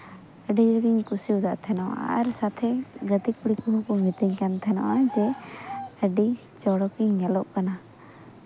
ᱟᱹᱰᱤ ᱡᱳᱨᱤᱧ ᱠᱩᱥᱤ ᱟᱠᱟᱫ ᱛᱟᱦᱮᱱᱟ ᱟᱨ ᱥᱟᱛᱷᱮ ᱜᱟᱛᱮ ᱠᱩᱲᱤ ᱠᱚᱦᱚᱸ ᱠᱚ ᱢᱤᱛᱟᱹᱧ ᱠᱟᱱ ᱛᱟᱦᱮᱱᱟ ᱡᱮ ᱟᱹᱰᱤ ᱪᱚᱨᱚᱠᱤᱧ ᱧᱮᱞᱚᱜ ᱠᱟᱱᱟ